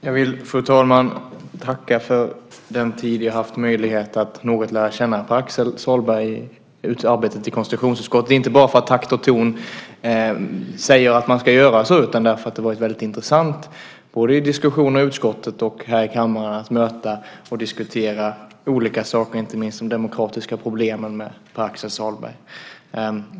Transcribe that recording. Fru talman! Jag vill tacka för den tid jag har haft möjlighet att något lära känna Pär Axel Sahlberg i arbetet i konstitutionsutskottet. Det gör jag inte bara för att takt och ton säger att man ska göra så, utan därför att det har varit väldigt intressant både i diskussionerna i utskottet och här i kammaren att möta och diskutera olika saker med Pär Axel Sahlberg. Det gäller inte minst de demokratiska problemen.